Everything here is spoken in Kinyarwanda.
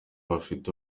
bafite